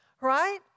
Right